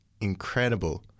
incredible